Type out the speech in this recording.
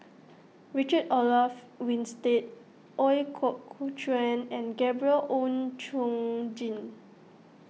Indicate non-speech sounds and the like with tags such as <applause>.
Richard Olaf Winstedt Ooi Kok <unintelligible> Chuen and Gabriel Oon Chong Jin